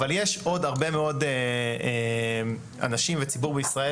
אבל יש עוד הרבה מאוד אנשים וציבור בישראל,